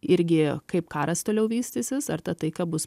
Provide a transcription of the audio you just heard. irgi kaip karas toliau vystysis ar ta taika bus